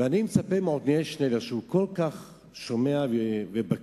ואני מצפה מעתניאל שנלר, שהוא כל כך שומע ובקי